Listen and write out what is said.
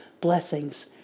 blessings